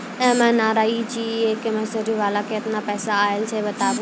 MNREGA के मज़दूरी वाला केतना पैसा आयल छै बताबू?